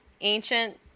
ancient